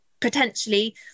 potentially